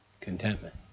contentment